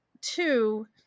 two